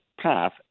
path